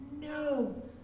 No